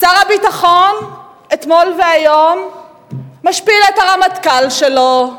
שר הביטחון אתמול והיום משפיל את הרמטכ"ל שלו,